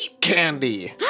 candy